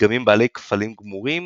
דגמים בעלי קפלים קמורים,